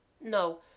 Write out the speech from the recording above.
No